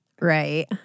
Right